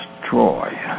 destroy